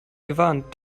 gewarnt